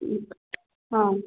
हम्म हाँ